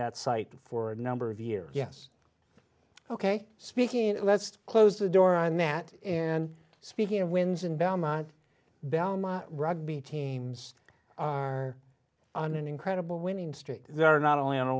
that site for a number of years yes ok speaking let's close the door on that and speaking of wins in belmont belmont rugby teams are on an incredible winning streak there are not